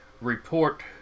report